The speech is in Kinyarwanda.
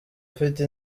afite